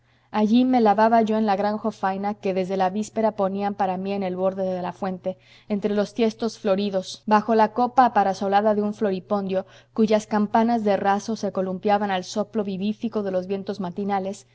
allí me lavaba yo en una gran jofaina que desde la víspera ponían para mí en el borde de la fuente entre los tiestos floridos bajo la copa aparasolada de un floripondio cuyas campanas de raso se columpiaban al soplo vivífico de los vientos matinales